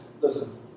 Listen